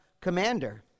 commander